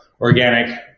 organic